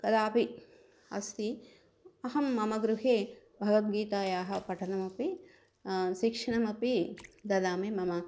कदापि अस्ति अहं मम गृहे भगवद्गीतायाः पठनमपि शिक्षणमपि ददामि मम